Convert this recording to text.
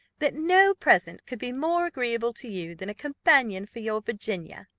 that no present could be more agreeable to you than a companion for your virginia.